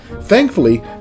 Thankfully